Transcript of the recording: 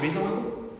eh tolong aku